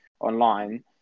online